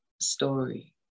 story